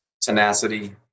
tenacity